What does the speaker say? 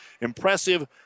impressive